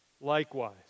likewise